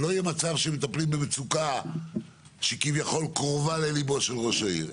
שלא יהיה מצב שמטפלים במצוקה שכביכול קרובה לליבו של ראש העיר.